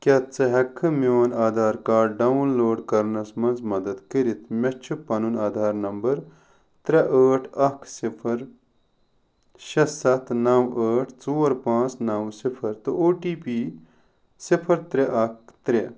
کیٛاہ ژٕ ہیٚکہِ کھا میٛون آدھار کارڈ ڈاون لوڈ کرنَس منٛز مدد کٔرتھ مےٚ چھ پنُن آدھار نمبر ترٛےٚ ٲٹھ اکھ صفر شےٚ ستھ نَو ٲٹھ ژور پانٛژھ نَو صفر تہٕ او ٹی پی صفر ترٛےٚ اکھ ترٛےٚ